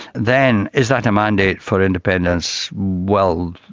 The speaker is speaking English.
then is that a mandate for independence? well,